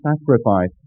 sacrifice